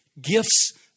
Gifts